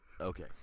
Okay